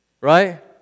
right